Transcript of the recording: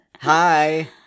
hi